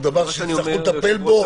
הוא דבר שצריך לטפל בו.